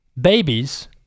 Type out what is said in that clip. babies